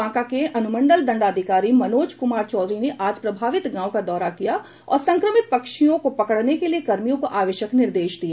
बांका के अनुमंडल दंडाधिकारी मनोज कुमार चौधरी ने आज प्रभावित गांव का दौरा किया और संक्रमित पक्षियों को पकड़ने के लिए कर्मियों को आवश्यक निर्देश दिए